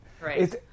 right